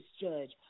judge